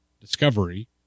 Discovery